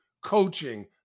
coaching